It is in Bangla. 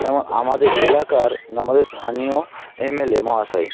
যেমন আমাদের এলাকার আমাদের স্থানীয় এম এল এ মহাশয়